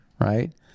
right